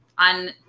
on